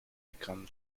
become